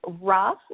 rough